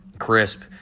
crisp